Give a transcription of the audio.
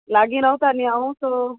लागीन रावता न्ही हांव सो